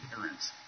parents